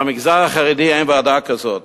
למגזר החרדי אין ועדה כזאת.